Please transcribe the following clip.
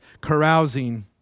carousing